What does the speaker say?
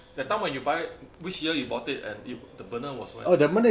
that time when you buy which year you bought it and the burner was where